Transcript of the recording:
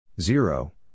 zero